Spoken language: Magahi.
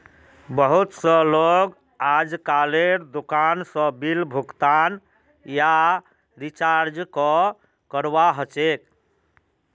बहुत स लोग अजकालेर दुकान स बिल भुगतान या रीचार्जक करवा ह छेक